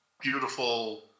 beautiful